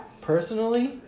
personally